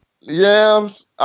Yams